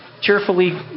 cheerfully